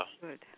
good